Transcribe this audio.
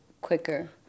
quicker